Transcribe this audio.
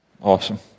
Awesome